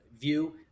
view